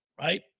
right